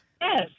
Yes